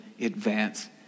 advance